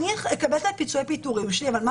אני אקבל את פיצויי הפיטורים שלי אבל לא